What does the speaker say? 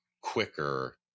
quicker